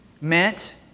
meant